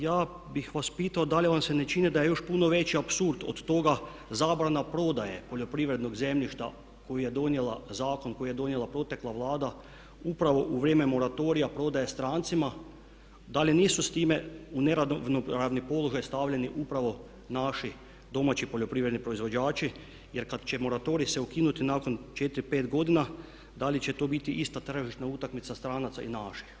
Ja bih vas pitao da li vam se ne čini da je još puno veći apsurd od toga, zabrana prodaje poljoprivrednog zemljišta zakon koji je donijela protekla Vlada upravo u vrijeme moratorija prodaje strance, da li nisu s time u neravnopravni položaj stavljeni upravo naši domaći poljoprivredni proizvođači jer kad će moratorij ukinuti nakon 4, 5 godina da li će to biti ista tržišna utakmica stranaca i naših.